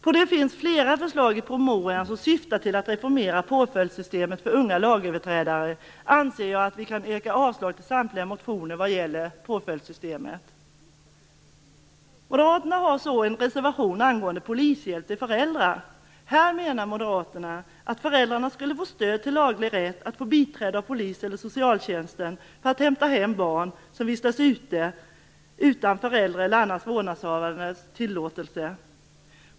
Då det finns flera förslag i promemorian som syftar till att reformera påföljdssystemet för unga lagöverträdare anser jag att vi kan avslå samtliga motioner vad gäller påföljdssystemet. Moderaterna har vidare en reservation angående polishjälp till föräldrar. Här menar Moderaterna att föräldrarna skulle kunna få stöd genom en laglig rätt att få biträde av polis eller socialtjänst för att hämta hem barn som vistas ute utan föräldrars eller annan vårdnadshavares tillåtelse.